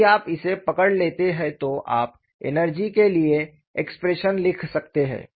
यदि आप इसे पकड़ लेते हैं तो आप एनर्जी के लिए एक्सप्रेशन लिख सकते हैं